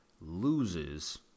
loses